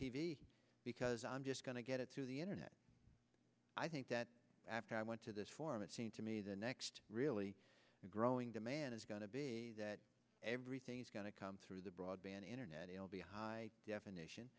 v because i'm just going to get it through the internet i think that after i went to this form it seemed to me the next really growing demand is going to be that everything is going to come through the broadband internet it will be high definition